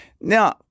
Now